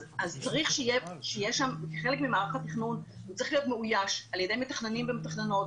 אז צריך שחלק ממערך התכנון יהיה מאויש על ידי מתכננים ומתכננות